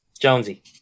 Jonesy